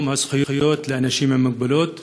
את יום הזכויות לאנשים עם מוגבלות.